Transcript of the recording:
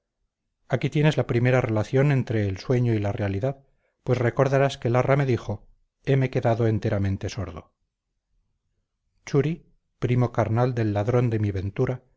aquí tienes la primera relación entre el sueño y la realidad pues recordarás que larra me dijo heme quedado enteramente sordo churi primo carnal del ladrón de mi ventura